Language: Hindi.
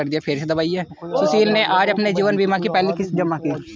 सुशील ने आज अपने जीवन बीमा की पहली किश्त जमा की